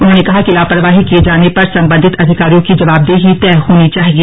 उन्होंने कहा कि लापरवाही किए जाने पर संबंधित अधिकारियों की जवाबदेही तय होनी चाहिए